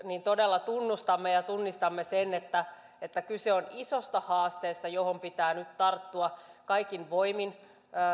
todella tunnustamme ja tunnistamme sen että että kyse on isosta haasteesta johon pitää nyt tarttua kaikin voimin